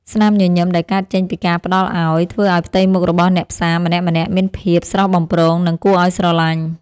ស្នាមញញឹមដែលកើតចេញពីការផ្ដល់ឱ្យធ្វើឱ្យផ្ទៃមុខរបស់អ្នកផ្សារម្នាក់ៗមានភាពស្រស់បំព្រង និងគួរឱ្យស្រឡាញ់។